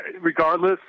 Regardless